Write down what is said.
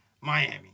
Miami